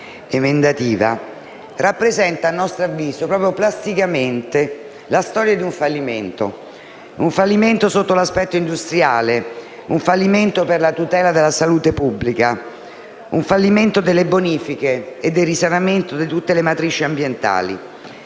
Il testo in esame rappresenta - a nostro avviso - proprio plasticamente la storia di un fallimento: un fallimento sotto l'aspetto industriale, un fallimento per la tutela della salute pubblica; un fallimento delle bonifiche e del risanamento di tutte le matrici ambientali